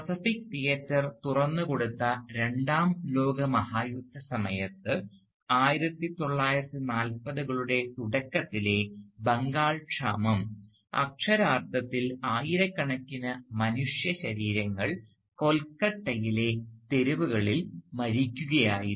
Pacific theatre തുറന്നുകൊടുത്ത രണ്ടാം ലോകമഹായുദ്ധസമയത്ത് 1940 കളുടെ തുടക്കത്തിലെ ബംഗാൾ ക്ഷാമം അക്ഷരാർത്ഥത്തിൽ ആയിരക്കണക്കിന് മനുഷ്യശരീരങ്ങൾ കൊൽക്കത്തയിലെ തെരുവുകളിൽ മരിക്കുകയായിരുന്നു